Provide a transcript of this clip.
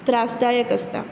त्रासदायक आसता